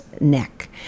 neck